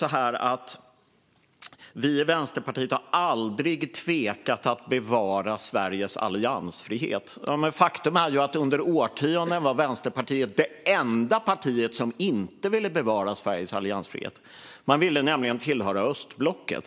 Hon säger att man i Vänsterpartiet aldrig har tvekat att bevara Sveriges alliansfrihet, men faktum är att Vänsterpartiet under årtionden var det enda parti som inte ville bevara Sveriges alliansfrihet. Man ville nämligen tillhöra östblocket.